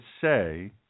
say